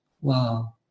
Wow